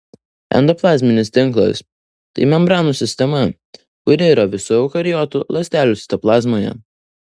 endoplazminis tinklas tai membranų sistema kuri yra visų eukariotų ląstelių citoplazmoje